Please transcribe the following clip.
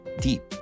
deep